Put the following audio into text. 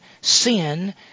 sin